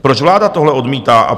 Proč vláda tohle odmítá?